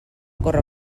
córrer